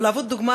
ולהוות דוגמה,